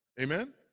Amen